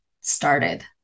started